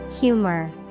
Humor